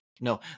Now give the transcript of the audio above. No